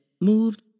moved